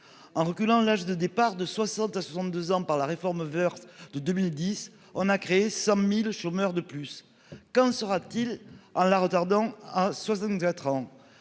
en reculant l'âge de départ de 60 à 62 ans par la réforme Woerth de 2010 on a créé 100.000 chômeurs de plus qu'en sera-t-il en la retardant à 64 ans.